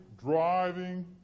driving